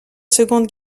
seconde